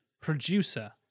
producer